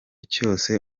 cyose